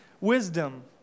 wisdom